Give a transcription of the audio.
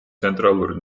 ცენტრალური